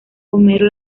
homero